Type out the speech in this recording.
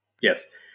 yes